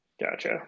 Gotcha